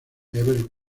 everett